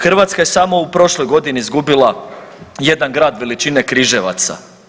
Hrvatska je samo u prošloj godini izgubila jedan grad veličine Križevaca.